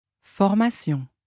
formation